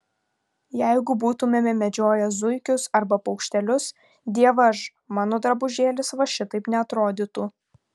jeigu būtumėme medžioję zuikius arba paukštelius dievaž mano drabužėlis va šitaip neatrodytų